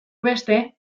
beste